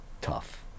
tough